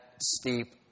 steep